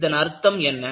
இதன் அர்த்தம் என்ன